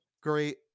Great